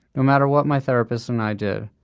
no matter what my therapist and i did,